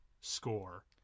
score